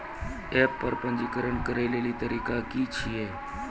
App पर पंजीकरण करै लेली तरीका की छियै?